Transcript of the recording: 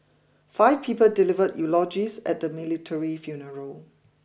five people delivered eulogies at the military funeral